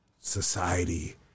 society